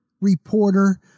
reporter